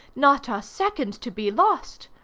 not a second to be lost.